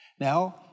now